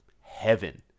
heaven